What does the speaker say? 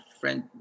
friend